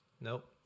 Nope